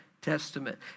Testament